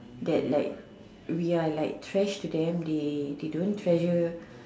that like we're like trash to them they they don't treasure